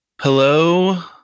Hello